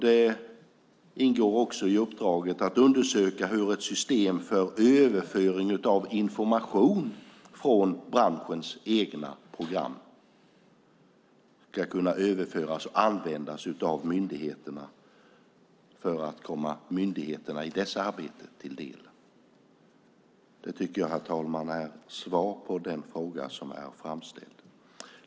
Det ingår också i uppdraget att undersöka hur ett system för överföring av information från branschens egna program ska komma myndigheterna till del. Det här är, herr talman, svar på den framställda frågan.